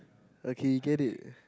okay you get it